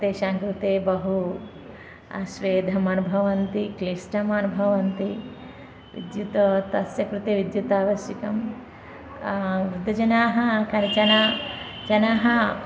तेषां कृते बहु स्वेदम् अनुभवन्ति क्लिष्टम् अनुभवन्ति विद्युत् तस्य कृते विद्युत् आवश्यकं वृद्धजनाः कनिचन जनाः